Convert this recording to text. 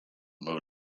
mode